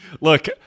Look